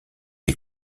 est